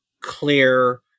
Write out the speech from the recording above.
clear